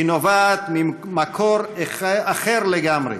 היא נובעת ממקור אחר לגמרי: